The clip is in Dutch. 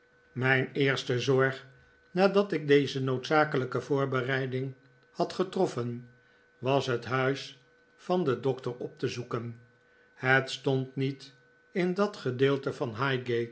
mijn eerste zorg nadat ik deze noodzakelijke voorbereiding had getroffen was het huis van den doctor op te zoeken het stond niet in dat gedeelte van